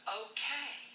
okay